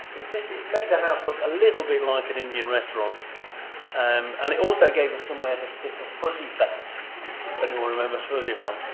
it made the house look a little bit like an indian restaurant um and it also gave us somewhere to stick a fuzzy felt if anyone remembers fuzzy felt.